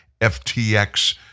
FTX